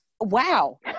wow